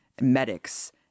medics